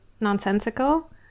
nonsensical